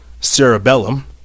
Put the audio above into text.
cerebellum